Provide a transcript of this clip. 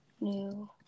New